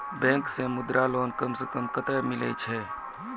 Bank से Mudra loan कम सऽ कम कतैय मिलैय छै?